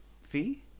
fee